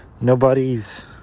nobody's